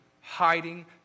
hiding